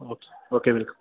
okay okay welcome